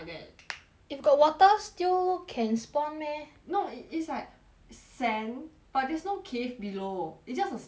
if got water still can spawn meh no it~ it's like sand but there is no cave below it's just a spawner room